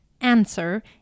answer